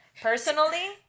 Personally